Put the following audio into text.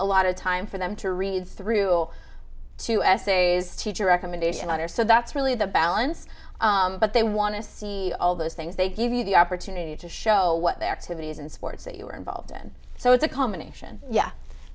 a lot of time for them to read through two essays teacher recommendation letter so that it's really the balance but they want to see all those things they give you the opportunity to show what their activities and sports that you are involved in so it's a combination